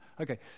Okay